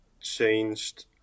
changed